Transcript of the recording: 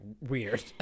weird